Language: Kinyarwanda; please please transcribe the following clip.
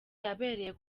yabereye